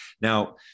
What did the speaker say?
Now